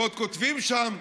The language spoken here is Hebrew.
ועוד כותבים שם: